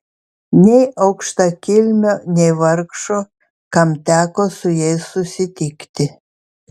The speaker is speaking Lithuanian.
nei aukštakilmio nei vargšo kam teko su jais susitikti